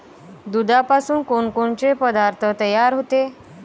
दुधापासून कोनकोनचे पदार्थ तयार होते?